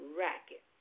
racket